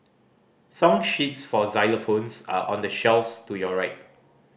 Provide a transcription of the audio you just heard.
song sheets for xylophones are on the shelves to your right